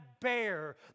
bear